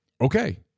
Okay